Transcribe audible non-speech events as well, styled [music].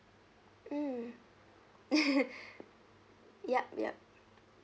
mm [laughs] [breath] ya ya